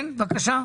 כן, בבקשה.